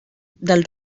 del